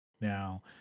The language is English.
Now